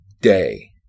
day